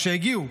כשהגיעו,